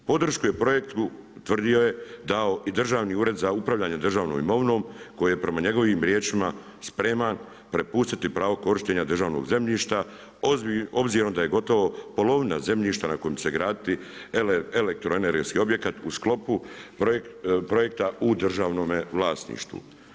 Podršku je projektu, tvrdio je, dao i Državni ured za upravljane državnom imovinom koji je prema njegovim riječima spreman prepustiti pravo korištenja državnog zemljišta obzirom da je gotovo polovina zemljišta na kojem će se graditi elektroenergetski objekat u sklopu projekta u državnome vlasništvu.